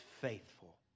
faithful